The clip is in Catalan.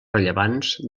rellevants